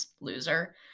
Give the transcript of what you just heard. loser